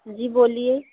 जी बोलिए